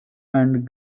and